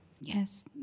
Yes